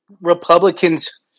Republicans